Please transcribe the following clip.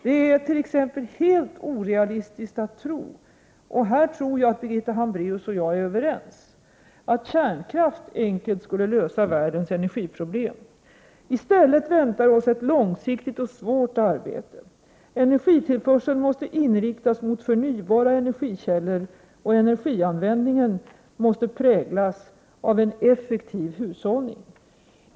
Det är t.ex. helt orealistiskt att tro — och här tror jag att Birgitta Hambreaus och jag är överens — att kärnkraft enkelt skulle lösa världens energiproblem. I stället väntar oss ett långsiktigt och svårt arbete. Energitillförseln måste inriktas mot förnybara energikällor, och energianvändningen måste präglas av en effektiv hushållning.